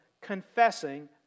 confessing